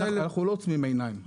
אנחנו לא עוצמים עיניים.